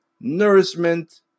nourishment